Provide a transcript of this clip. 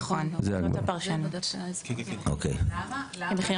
נכון, זאת הפרשנות, כמחיר